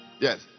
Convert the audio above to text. Yes